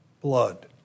blood